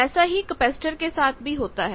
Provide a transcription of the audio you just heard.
ऐसा ही कैपेसिटर के साथ भी होता है